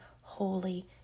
holy